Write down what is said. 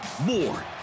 More